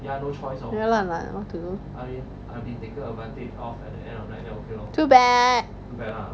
不要乱来 okay too bad